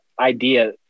idea